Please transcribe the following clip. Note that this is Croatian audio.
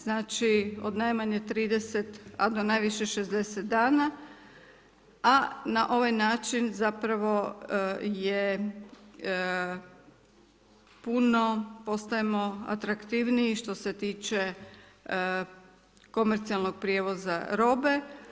Znači od najmanje 30 a do najviše 60 dana a na ovaj način zapravo je puno postajemo atraktivniji što se tiče komercijalnog prijevoza robe.